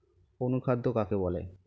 অনুখাদ্য কাকে বলে?